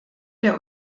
der